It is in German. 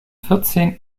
vierzehn